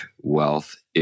wealth